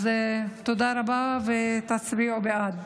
אז תודה רבה, ותצביעו בעד.